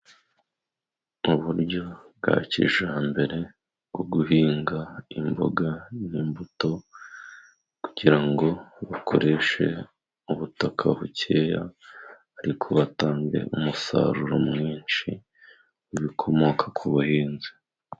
Mu buryo bwa kijyambere bwo guhinga imboga n'imbuto, kugira ngo bakoreshe ubutaka bukeya, ariko batange umusaruro mwinshi w'ibikomoka ku buhinzi.